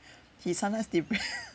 he sometimes